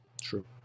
True